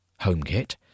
HomeKit